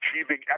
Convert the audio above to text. achieving